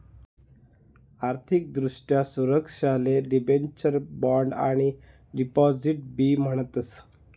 आर्थिक दृष्ट्या सुरक्षाले डिबेंचर, बॉण्ड आणि डिपॉझिट बी म्हणतस